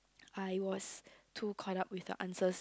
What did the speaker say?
I was too quite out with the answers